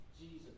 Jesus